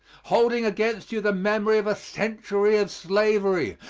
holding against you the memory of a century of slavery,